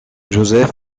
joseph